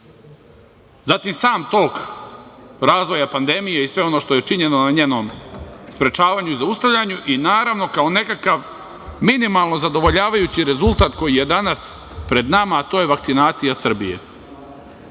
zatim sam tok razvoja pandemije i sve ono što je činjeno na njenom sprečavanju i zaustavljanju, i naravno, kao nekakav minimalno zadovoljavajući rezultat koji je danas pred nama, a to je vakcinacija Srbije